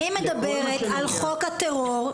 אני מדברת על חוק הטרור.